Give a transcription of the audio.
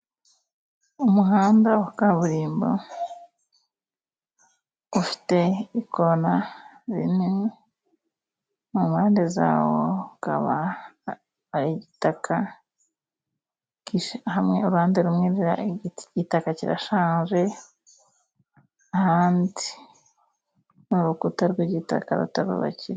Umuhanda wa kaburimbo ufite ibikona binini mu mpande zawo, ukaba ari igitaka uruhande rumwe igitaka kirashaje, ahandi ni uruhande rw'igitaka batrubakira.